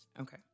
Okay